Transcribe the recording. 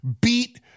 beat